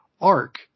arc